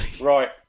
Right